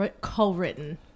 co-written